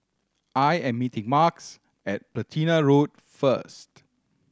I am meeting Marques at Platina Road first